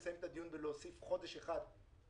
לסיים את הדיון ולהוסיף חודש אחד להצעה